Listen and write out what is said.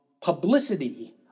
Publicity